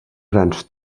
grans